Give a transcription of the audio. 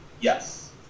Yes